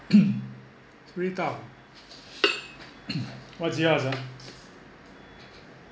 it's really tough what's yours ah